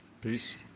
Peace